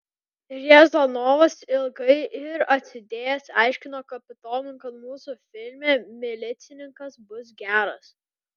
riazanovas ilgai ir atsidėjęs aiškino kapitonui kad mūsų filme milicininkas bus geras